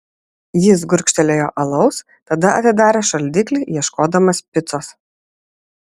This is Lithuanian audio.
jis gurkštelėjo alaus tada atidarė šaldiklį ieškodamas picos